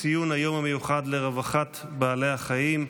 ציון היום המיוחד לרווחת בעלי החיים.